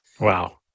Wow